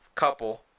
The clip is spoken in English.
couple